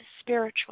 spiritual